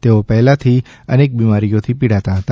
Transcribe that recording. તેઓ પહેલાથી અનેક બિમારીઓથી પીડાતા હતા